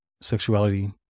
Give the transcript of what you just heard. sexuality